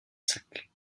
sacs